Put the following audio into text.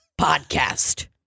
Podcast